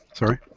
Sorry